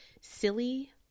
silly